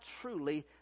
truly